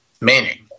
Meaning